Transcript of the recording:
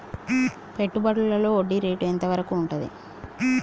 పెట్టుబడులలో వడ్డీ రేటు ఎంత వరకు ఉంటది?